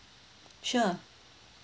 sure